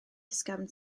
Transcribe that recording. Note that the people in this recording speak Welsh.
ysgafn